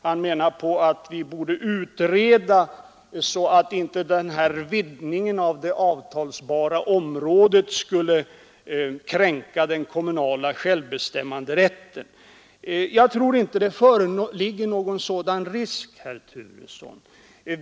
Han menade att vi borde utreda frågan om sådan ändring i ställföreträdarlagen, att inte vidgningen av det avtalsbara området skulle inkräkta på den kommunala självbestämmanderätten. Jag tror inte att det föreligger någon sådan risk, herr Turesson.